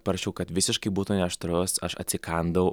prašiau kad visiškai būtų ne aštrus aš atsikandau